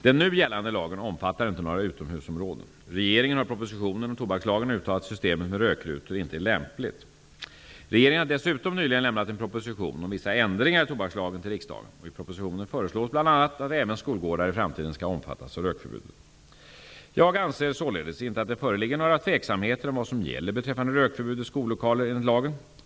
Den nu gällande lagen omfattar inte några utomhusområden. Regeringen har i propositionen om tobakslagen uttalat att systemet med rökrutor inte är lämpligt. Regeringen har dessutom nyligen lämnat en proposition om vissa ändringar i tobakslagen till riksdagen. I propositionen föreslås bl.a. att även skolgårdar i framtiden skall omfattas av rökförbudet. Jag anser således inte att det föreligger några tveksamheter om vad som gäller beträffande rökförbud i skollokaler enligt lagen.